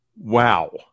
Wow